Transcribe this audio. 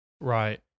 Right